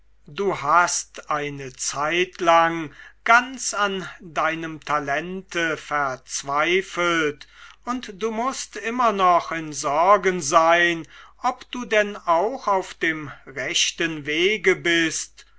du hast eine zeitlang ganz an deinem talente verzweifelt und du mußt immer noch in sorgen sein ob du denn auch auf dem rechten wege bist